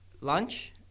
lunch